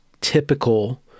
typical